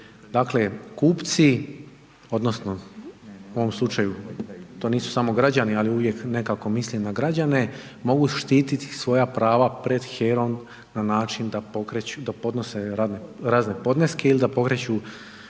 Dakle, kupci, odnosno, u ovom slučaju, to nisu samo građani, ali uvijek nekako mislim na građane, mogu štiti svoja prava pred HERA-om na način da pokreću, da podnose razne podneske ili da pokreću,